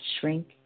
Shrink